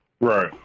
Right